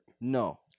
No